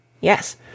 Yes